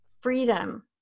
freedom